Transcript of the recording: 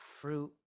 fruit